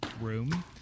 room